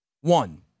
one